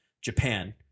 Japan